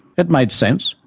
it made sense,